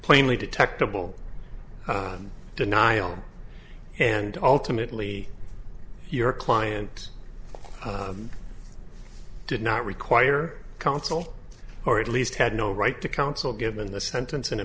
plainly detectable denial and ultimately your client did not require counsel or at least had no right to counsel given the sentence in a